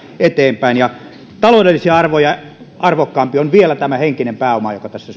eteenpäin taloudellisia arvoja arvokkaampi on vielä tämä henkinen pääoma joka tässä